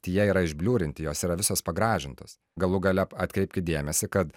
tai jie yra išblurinti jos yra visos pagražintos galų gale atkreipkit dėmesį kad